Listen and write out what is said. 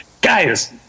guys